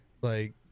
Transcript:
like-